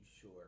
Sure